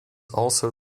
also